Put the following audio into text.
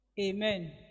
Amen